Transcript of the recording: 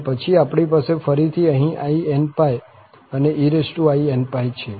અને પછી આપણી પાસે ફરીથી અહીં inπ અને einπ છે